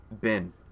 bin